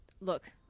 Look